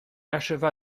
acheva